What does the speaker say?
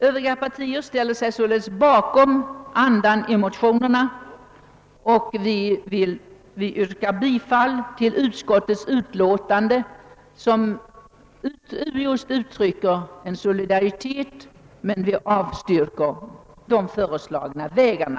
Övriga partier ställer sig således bakom tanken i motionerna, och jag yrkar bifall till utskottets utlåtande, där vi ger uttryck för solidariteten men avvisar de föreslagna vägarna.